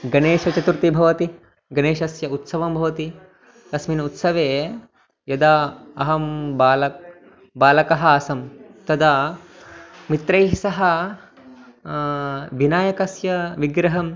गणेशचतुर्थी भवति गणेशस्य उत्सवं भवति तस्मिन् उत्सवे यदा अहं बालः बालकः आसं तदा मित्रैः सह विनायकस्य विग्रहं